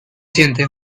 siente